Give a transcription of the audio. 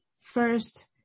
first